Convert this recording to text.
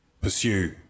pursue